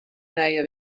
nije